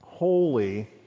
Holy